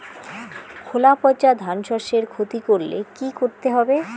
খোলা পচা ধানশস্যের ক্ষতি করলে কি করতে হবে?